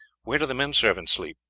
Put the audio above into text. where do the men-servants sleep?